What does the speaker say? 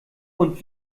und